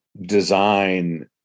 design